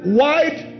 white